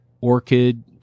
orchid